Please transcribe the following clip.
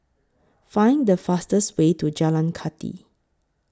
Find The fastest Way to Jalan Kathi